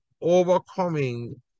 overcoming